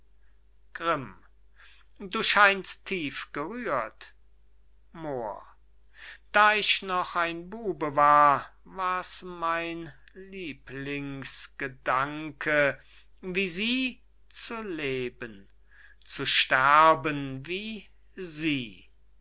grimm du scheinst tief gerührt moor da ich noch ein bube war wars mein lieblings gedanke wie sie zu leben zu sterben wie sie